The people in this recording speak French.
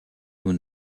nous